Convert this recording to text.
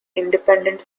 independent